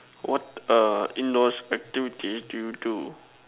what uh indoor activities do you do